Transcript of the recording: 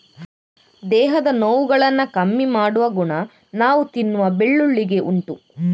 ದೇಹದ ನೋವುಗಳನ್ನ ಕಮ್ಮಿ ಮಾಡುವ ಗುಣ ನಾವು ತಿನ್ನುವ ಬೆಳ್ಳುಳ್ಳಿಗೆ ಉಂಟು